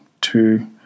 two